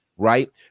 Right